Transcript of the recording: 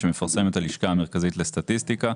שמפרסמת הלשכה המרכזית לסטטיסטיקה,